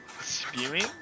spewing